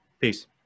Peace